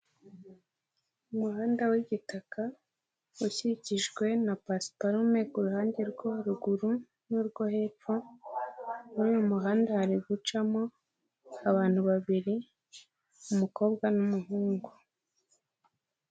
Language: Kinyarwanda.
Umuhanda w'igitaka ukikijwe na pasiparome, kuruhande rwa ruguru n'urwo hepfo muri uyu muhanda, hari gucamo abantu babiri umukobwa n'umuhungu.